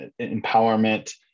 empowerment